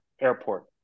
airport